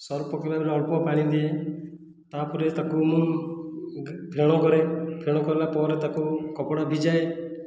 Surf ପକେଇବା ପରେ ଅଳ୍ପ ପାଣି ଦିଏ ତାପରେ ତାକୁ ମୁଁ ଫେଣ କରେ ଫେଣ କଲା ପରେ ତାକୁ କପଡ଼ା ଭିଜାଏ